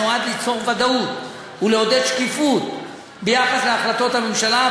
שנועד ליצור ודאות ולעודד שקיפות ביחס להחלטות הממשלה,